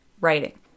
writing